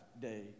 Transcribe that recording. day